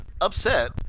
upset